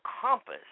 compass